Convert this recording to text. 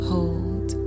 Hold